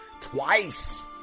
Twice